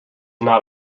not